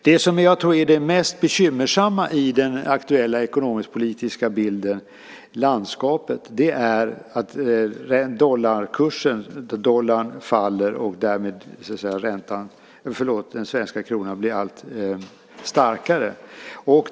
Det som jag tror är det mest bekymmersamma i det ekonomisk-politiska landskapet är dollarkursen: Dollarn faller, och den svenska kronan blir allt starkare.